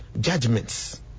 judgments